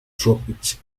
tropics